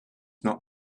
not